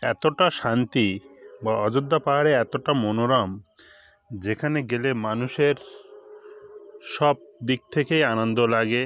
এতটা শান্তি বা অযোধ্যা পাহাড় এতটা মনোরম যেখানে গেলে মানুষের সব দিক থেকেই আনন্দ লাগে